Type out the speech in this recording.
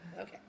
Okay